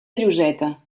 lloseta